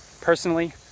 personally